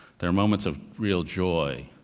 there are moments of real joy,